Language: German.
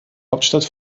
hauptstadt